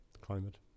climate